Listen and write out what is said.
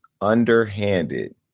underhanded